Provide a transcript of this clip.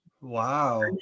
wow